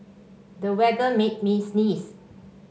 the weather made me sneeze